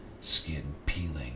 skin-peeling